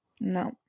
No